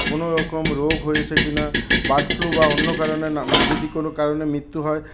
কোনোরকম রোগ হয়েছে কি না বার্ড ফ্লু বা অন্য কারণে যদি কোনো কারণে মৃত্যু হয়